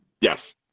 yes